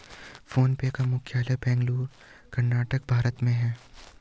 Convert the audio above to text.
phone पे का मुख्यालय बेंगलुरु, कर्नाटक, भारत में है